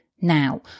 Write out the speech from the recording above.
now